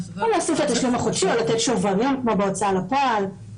או להוסיף לתשלום החודשי או לתת שוברים כמו בהוצאה לפועל,